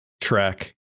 track